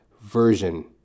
version